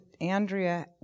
Andrea